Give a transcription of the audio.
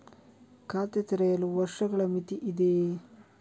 ಖಾತೆ ತೆರೆಯಲು ವರ್ಷಗಳ ಮಿತಿ ಇದೆಯೇ?